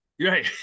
Right